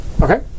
Okay